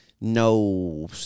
No